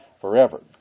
forever